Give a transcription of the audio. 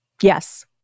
Yes